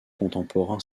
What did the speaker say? contemporain